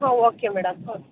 ಹಾಂ okay madam okay